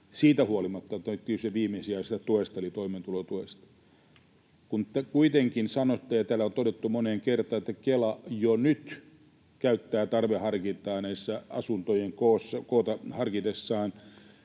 Siitä huolimatta täyttyy se viimesijaisuus tuesta eli toimeentulotuesta. Kun kuitenkin sanotte ja täällä on todettu moneen kertaan, että Kela jo nyt käyttää tarveharkintaa asuntojen kokoa harkitessaan,